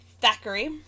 thackeray